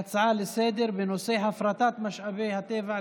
ההצעה לסדר-היום בנושא הפרטת משאבי הטבע,